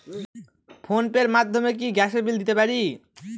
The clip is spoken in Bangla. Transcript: ফোন পে র মাধ্যমে কি গ্যাসের বিল দিতে পারি?